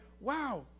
wow